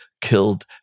killed